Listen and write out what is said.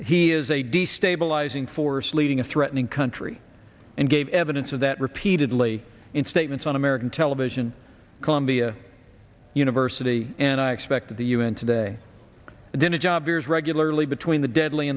he is a destabilizing force leading a threatening country and gave evidence of that repeatedly in statements on american television columbia university and i expect the u n today and then a job years regularly between the deadly